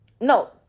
No